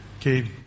Okay